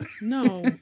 No